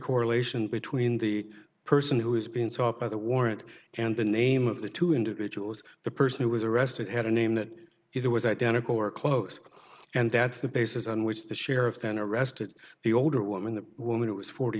correlation between the person who has been sought by the warrant and the name of the two individuals the person who was arrested had a name that either was identical or close and that's the basis on which the sheriff then arrested the older woman the woman who was forty